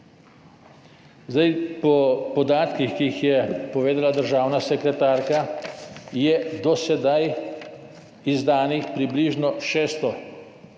leto. Po podatkih, ki jih je povedala državna sekretarka, je do sedaj izdanih približno 600 dovoljenj